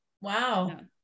Wow